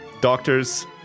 doctor's